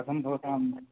कथं भवतां